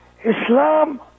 Islam